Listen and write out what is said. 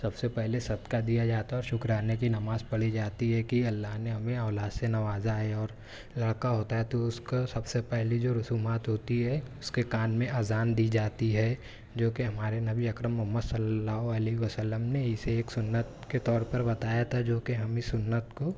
سب سے پہلے صدقہ دیا جاتا ہے اور شکرانے کی نماز پڑھی جاتی ہے کہ اللہ نے ہمیں اولاد سے نوازا ہے اور لڑکا ہوتا ہے تو اس کو سب سے پہلی جو رسومات ہوتی ہے اس کے کان میں اذان دی جاتی ہے جو کہ ہمارے نبی اکرم محمد صلی اللہ علیہ و سلم نے اسے ایک سنت کے طور پر بتایا تھا جو کہ ہم اس سنت کو